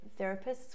therapists